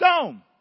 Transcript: Stone